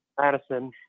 Madison